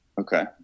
okay